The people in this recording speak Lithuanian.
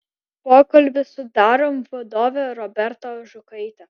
pokalbis su darom vadove roberta ažukaite